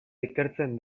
ikertzen